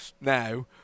now